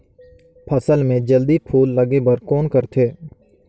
फसल मे जल्दी फूल लगे बर कौन करथे?